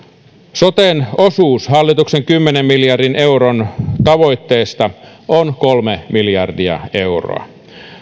soten osuus hallituksen kymmenen miljardin euron tavoitteesta on kolme miljardia euroa